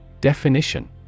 Definition